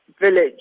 village